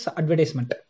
advertisement